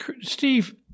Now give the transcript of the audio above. Steve